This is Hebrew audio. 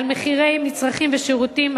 על מחירי מצרכים ושירותים,